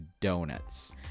donuts